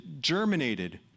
germinated